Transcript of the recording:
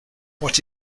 what